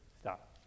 stop